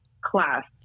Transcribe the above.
class